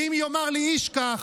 ואם יאמר לי איש כך,